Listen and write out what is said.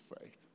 faith